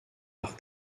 par